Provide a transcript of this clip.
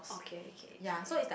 okay okay okay